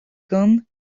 gone